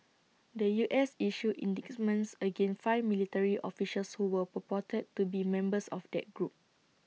the U S issued indictments against five military officials who were purported to be members of that group